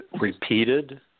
repeated